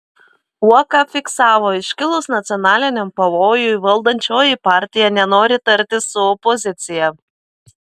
uoka fiksavo iškilus nacionaliniam pavojui valdančioji partija nenori tartis su opozicija